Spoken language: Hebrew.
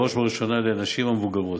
בראש ובראשונה לנשים המבוגרות.